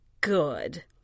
Good